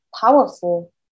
powerful